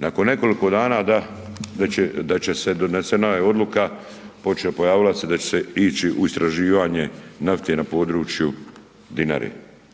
Nakon nekoliko dana da će se, donesena je odluka, počela, pojavila se da će se ići u istraživanje nafte na području Dinare,